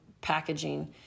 packaging